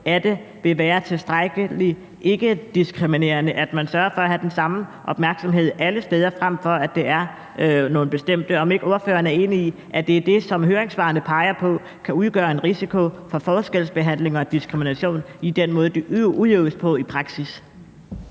af det vil være tilstrækkelig ikkediskriminerende – at man sørger for at have den samme opmærksomhed alle steder, frem for at det er nogle bestemte. Er ordføreren ikke enig i, at det er det, som høringssvarene peger på kan udgøre en risiko for forskelsbehandling og diskrimination i den måde, som det udøves på i praksis?